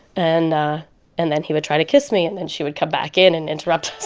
and ah and then he would try to kiss me, and then she would come back in and interrupt us